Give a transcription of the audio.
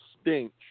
stench